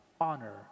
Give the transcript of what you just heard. Honor